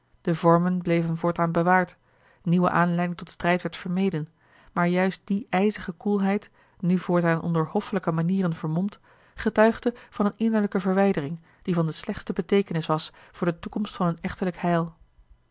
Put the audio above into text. de vormen bleven voortaan bewaard nieuwe aanleiding tot strijd werd vermeden maar juist die ijzige koelheid nu voortaan ona l g bosboom-toussaint de delftsche wonderdokter eel hoffelijke manieren vermomd getuigde van eene innerlijke verwijdering die van de slechtste beteekenis was voor de toekomst van hun echtelijk heil